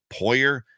Poyer